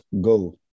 go